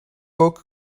ook